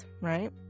right